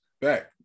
back